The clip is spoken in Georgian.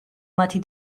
მათი